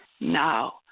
now